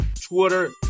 Twitter